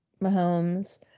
Mahomes